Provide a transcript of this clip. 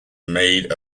made